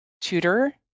tutor